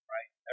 Right